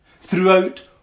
throughout